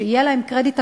שיהיה להם קרדיט אקדמי,